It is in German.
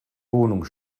wohnung